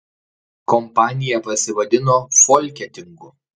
kompanija pasivadino folketingu